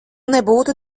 nebūtu